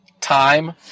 time